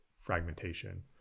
fragmentation